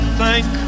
thank